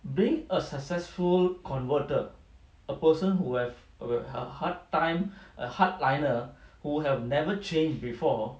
being a successful converter a person who have a hard time a hardliner who have never change before